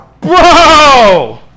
Bro